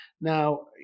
Now